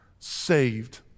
saved